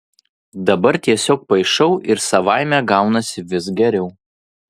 dabar tiesiog paišau ir savaime gaunasi vis geriau